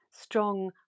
strong